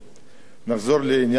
נחזור לעניין של הערבים.